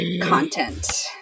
content